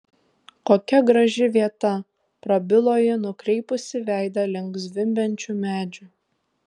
kokia graži vieta prabilo ji nukreipusi veidą link zvimbiančių medžių